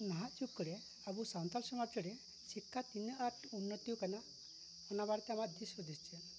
ᱱᱟᱦᱟᱜ ᱡᱩᱜᱽᱨᱮ ᱟᱵᱚ ᱥᱟᱱᱛᱟᱲ ᱥᱚᱢᱟᱡᱽᱨᱮ ᱥᱤᱠᱠᱷᱟ ᱛᱤᱱᱟᱹᱜᱟᱴ ᱩᱱᱱᱚᱛᱤ ᱟᱠᱟᱱᱟ ᱚᱱᱟ ᱵᱟᱨᱮᱛᱮ ᱟᱢᱟᱜ ᱫᱤᱥᱦᱩᱫᱤᱥ ᱪᱮᱫ